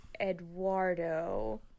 Eduardo